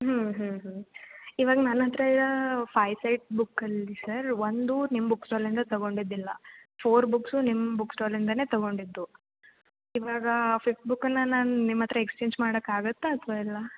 ಹ್ಞೂ ಹ್ಞೂ ಹ್ಞೂ ಇವಾಗ ನನ್ನ ಹತ್ತಿರ ಇರೋ ಫೈಯ್ ಸೆಟ್ ಬುಕ್ಕಲ್ಲಿ ಸರ್ ಒಂದು ನಿಮ್ಮ ಬುಕ್ ಸ್ಟಾಲಿಂದ ತಗೊಂಡಿದ್ದಲ್ಲ ಫೋರ್ ಬುಕ್ಸು ನಿಮ್ಮ ಬುಕ್ ಸ್ಟಾಲಿಂದನೆ ತೊಗೊಂಡಿದ್ದು ಇವಾಗ ಫಿಫ್ತ್ ಬುಕ್ಕನ್ನು ನಾನು ನಿಮ್ಮ ಹತ್ತಿರ ಎಕ್ಸ್ಚೇಂಜ್ ಮಾಡೋಕ್ಕಾಗತ್ತ ಅಥವಾ ಇಲ್ಲ